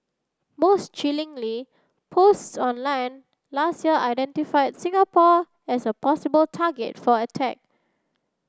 most chillingly posts online last year identified Singapore as a possible target for attack